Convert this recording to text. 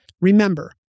Remember